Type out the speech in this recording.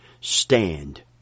stand